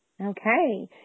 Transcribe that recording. Okay